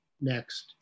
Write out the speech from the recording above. next